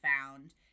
found